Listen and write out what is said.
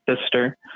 sister